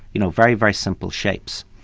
you know very, very simple shapes.